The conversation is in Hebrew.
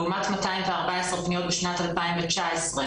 לעומת 214 פניות בשנת 2019,